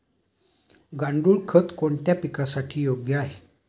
गांडूळ खत कोणत्या पिकासाठी योग्य आहे?